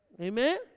Amen